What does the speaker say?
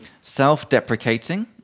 Self-deprecating